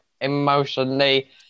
emotionally